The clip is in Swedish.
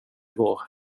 går